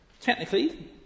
technically